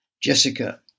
Jessica